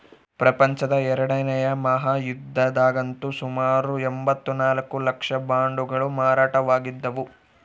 ಪ್ರಪಂಚದ ಎರಡನೇ ಮಹಾಯುದ್ಧದಗಂತೂ ಸುಮಾರು ಎಂಭತ್ತ ನಾಲ್ಕು ಲಕ್ಷ ಬಾಂಡುಗಳು ಮಾರಾಟವಾಗಿದ್ದವು